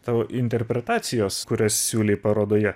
tavo interpretacijos kurias siūlei parodoje